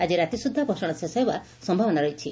ଆକି ରାତି ସୁଦ୍ଧା ଭସାଣ ଶେଷ ହେବା ସମ୍ଭାବନା ରହିଛି